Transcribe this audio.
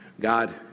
God